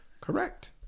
Correct